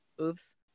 oops